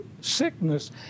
sickness